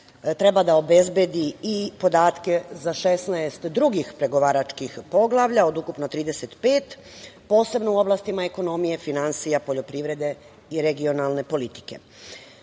treba da obezbedi i podatke za 16 drugih pregovaračkih poglavlja od ukupno 35, posebno u oblastima ekonomije, finansija, poljoprivrede i regionalne politike. Kao